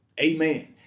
Amen